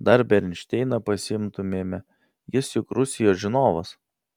dar bernšteiną pasiimtumėme jis juk rusijos žinovas